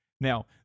Now